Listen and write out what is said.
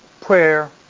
prayer